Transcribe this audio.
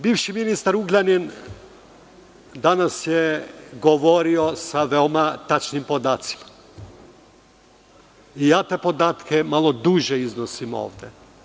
Bivši ministar Ugljanin, danas je govorio sa veoma tačnim podacima, i ja te podatke malo duže iznosim ovde.